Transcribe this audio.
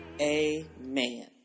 amen